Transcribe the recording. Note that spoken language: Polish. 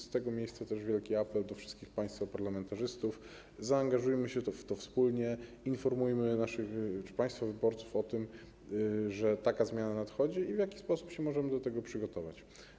Z tego miejsca kieruję też wielki apel do wszystkich państwa parlamentarzystów: zaangażujmy się w to wspólnie, informujmy naszych czy państwa wyborców o tym, że taka zmiana nadchodzi, i w jaki sposób możemy do tego się przygotować.